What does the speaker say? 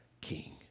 king